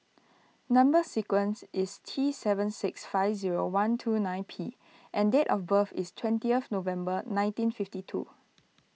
Number Sequence is T seven six five zero one two nine P and date of birth is twentieth November nineteen fifty two